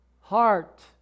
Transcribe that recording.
heart